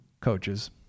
coaches